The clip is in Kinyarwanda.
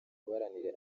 guharanira